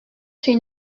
suit